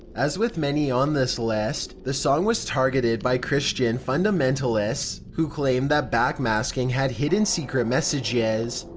as with many on this list, the song was targeted by christian fundamentalists who claimed that backmasking had hidden secret messages.